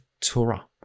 Torah